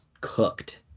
cooked